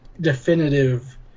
definitive